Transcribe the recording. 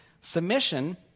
Submission